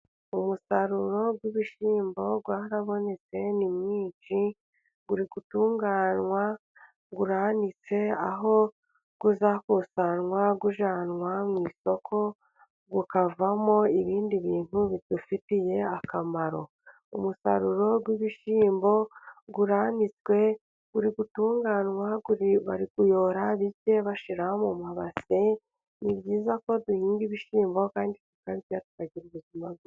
Umusaruro w'ibishyimbo warabonetse ni mwinshi. Uri gutunganywa uranitse aho uzakusanywa ujyanwa mu isoko ukavamo ibindi bintu bidufitiye akamaro. Umusaruro w'ibishyimbo uranitswe, uri gutunganywa. Bari kuyora bike bashyira mu mabase. Ni byiza ko duhinga ibishyimbo kandi tukabirya tukagira ubuzima bwiza.